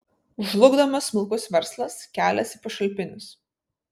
žlugdomas smulkus verslas kelias į pašalpinius